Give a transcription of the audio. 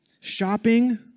shopping